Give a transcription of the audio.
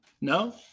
No